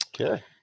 okay